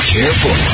Careful